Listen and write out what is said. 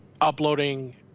uploading